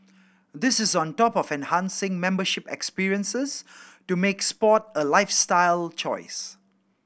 this is on top of enhancing membership experiences to make sport a lifestyle choice